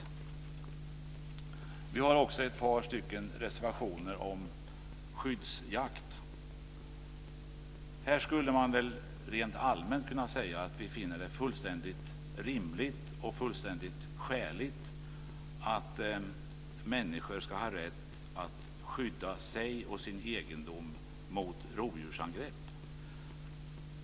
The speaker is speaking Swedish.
Vi har också ett par reservationer om skyddsjakt. Här skulle man väl rent allmänt kunna säga att vi finner det fullständigt rimligt och fullständigt skäligt att människor ska ha rätt att skydda sig och sin egendom mot rovdjursangrepp.